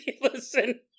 listen